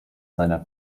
seiner